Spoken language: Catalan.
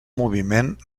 moviment